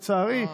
לצערי,